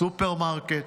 בסופרמרקט,